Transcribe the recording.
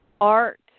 art